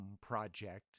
Project